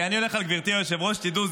אני הולך על גברתי היושב-ראש, תדעו.